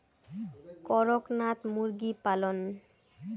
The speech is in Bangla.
করকনাথ মুরগি পালন?